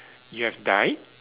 you have died